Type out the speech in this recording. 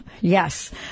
yes